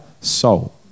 soul